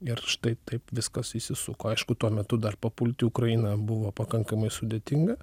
ir štai taip viskas įsisuko aišku tuo metu dar papult į ukrainą buvo pakankamai sudėtinga